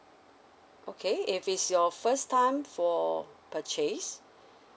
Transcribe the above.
okay if is your first time for purchase